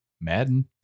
Madden